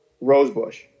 rosebush